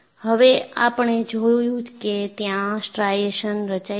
હવે આપણે જોયું કે ત્યાં સ્ટ્રાઇશન્સ રચાય છે